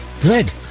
Good